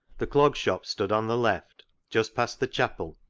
the clog shop stood on the left, just past the chapel,